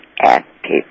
active